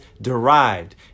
derived